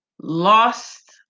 lost